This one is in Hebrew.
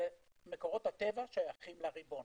מקורות הטבע שייכים לריבון.